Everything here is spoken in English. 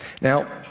Now